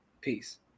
Peace